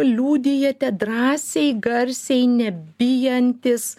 liudijate drąsiai garsiai nebijantis